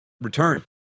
return